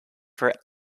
for